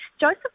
Joseph